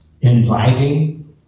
inviting